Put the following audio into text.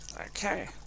Okay